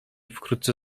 wkrótce